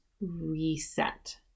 reset